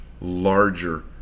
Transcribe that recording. larger